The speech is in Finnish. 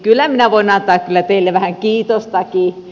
kyllä minä voin antaa teille vähän kiitostakin